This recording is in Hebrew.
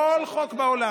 לכל חוק בעולם.